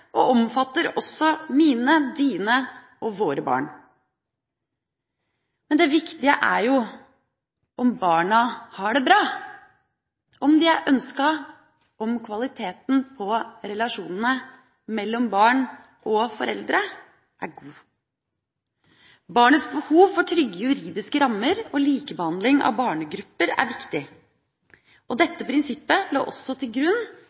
og omfatter ofte også mine, dine og våre barn. Men det viktige er jo om barna har det bra, om de er ønsket, om kvaliteten på relasjonene mellom barn og foreldre er god. Barnets behov for trygge juridiske rammer og likebehandling av barnegrupper er viktig, og dette prinsippet lå også til grunn